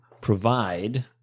provide